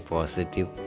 Positive